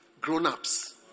grown-ups